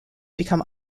become